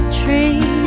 tree